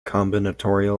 combinatorial